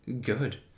good